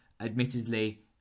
Admittedly